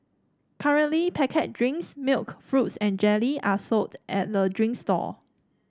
currently packet drinks milk fruits and jelly are sold at the drinks stall